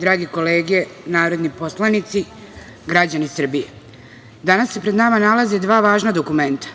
drage kolege narodni poslanici, građani Srbije, danas se pred nama nalaze dva važna dokumenta,